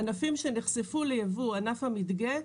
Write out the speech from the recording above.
ענפים שנחשפו לייבוא, ענף המדגה,